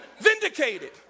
Vindicated